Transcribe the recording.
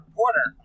quarter